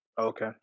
Okay